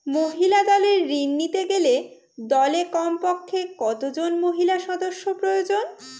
মহিলা দলের ঋণ নিতে গেলে দলে কমপক্ষে কত জন মহিলা সদস্য প্রয়োজন?